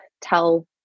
tell